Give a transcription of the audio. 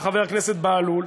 חבר הכנסת בהלול,